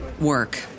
work